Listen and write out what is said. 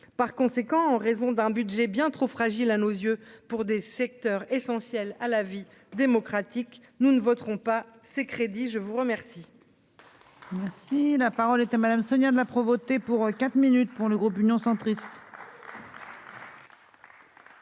par conséquent, en raison d'un budget bien trop fragile, à nos yeux pour des secteurs essentiels à la vie démocratique, nous ne voterons pas ces crédits, je vous remercie.